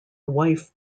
wife